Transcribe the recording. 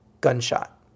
gunshot